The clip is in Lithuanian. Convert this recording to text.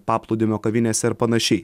paplūdimio kavinėse ir panašiai